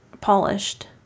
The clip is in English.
polished